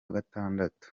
gatandatu